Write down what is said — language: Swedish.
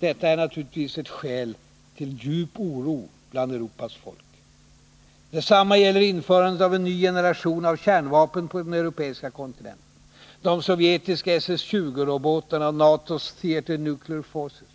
Detta är naturligtvis ett skäl till djup oro bland Europas folk. Detsamma gäller införandet av en ny generation av kärnvapen på den europeiska kontinenten — de sovjetiska SS 20-robotarna och NATO:s Theatre Nuclear Forces.